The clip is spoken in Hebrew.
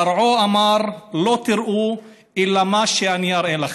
פרעה אמר לא תראו אלא מה שאני אראה לכם,